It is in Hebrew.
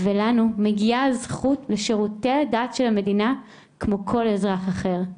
ולנו מגיעה הזכות לשירותי דת של המדינה כמו כל אזרח אחר.